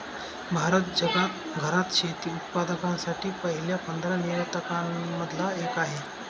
भारत जगात घरात शेती उत्पादकांसाठी पहिल्या पंधरा निर्यातकां न मधला एक आहे